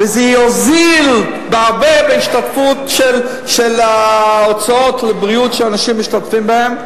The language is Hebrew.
וזה יוזיל בהרבה את ההשתתפות בהוצאות הבריאות שאנשים משתתפים בהן,